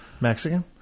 Mexican